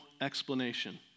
explanation